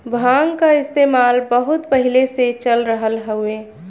भांग क इस्तेमाल बहुत पहिले से चल रहल हउवे